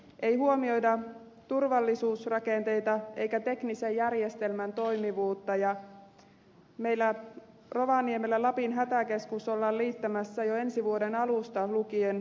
ei huomioida turvallisuusrakenteita eikä teknisen järjestelmän toimivuutta ja meillä rovaniemellä lapin hätäkeskus ollaan liittämässä jo ensi vuoden alusta lukien ouluun